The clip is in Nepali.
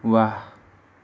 वाह